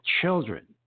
children